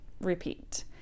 repeat